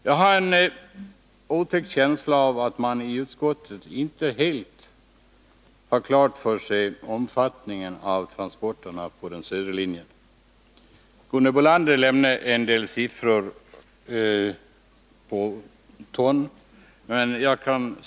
Jag har en otäck känsla av att man i utskottet inte har helt klart för sig omfattningen av transporterna på den södra linjen. Gunhild Bolander lämnade en del siffror på godsmängder i ton.